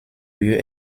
lieu